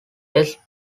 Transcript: best